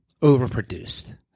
overproduced